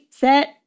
set